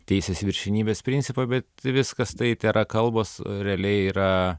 teisės viršenybės principą bet viskas tai tėra kalbos realiai yra